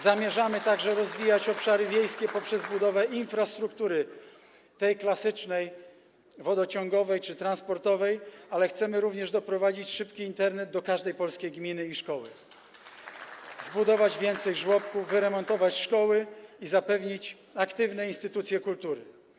Zamierzamy także rozwijać obszary wiejskie poprzez budowę infrastruktury, tej klasycznej, wodociągowej czy transportowej, ale chcemy również doprowadzić szybki Internet do każdej polskiej gminy i szkoły, zbudować więcej żłobków, wyremontować szkoły i zapewniać aktywne instytucje kultury.